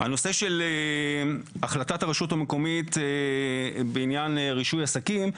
הנושא של החלטת הרשות המקומית בעניין רישוי עסקים,